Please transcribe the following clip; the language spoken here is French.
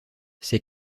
ces